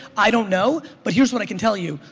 i don't know but here's what i can tell you,